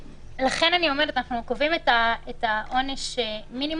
לכן אני אומרת: אנחנו קובעים את עונש המינימום,